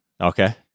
Okay